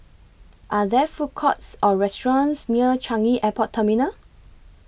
Are There Food Courts Or restaurants near Changi Airport Terminal